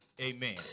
Amen